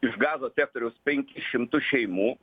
iš gazos sektoriaus penkis šimtus šeimų